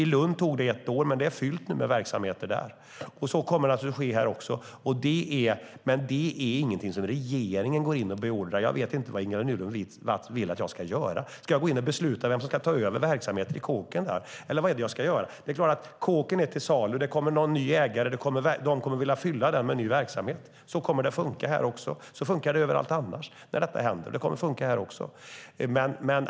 I Lund tog det ett år, men det är fullt av verksamheter där. Så kommer alltså att ske också här, men det är ingenting regeringen går in och beordrar. Jag vet inte vad Ingela Nylund Watz vill att jag ska göra. Ska jag gå in och besluta vem som ska ta över verksamheten i kåken, eller vad är det jag ska göra? Kåken är till salu, och det kommer någon ny ägare som kommer att vilja fylla den med ny verksamhet. Så kommer det att funka här också. Så funkar det överallt annars där detta händer, och det kommer att funka här också.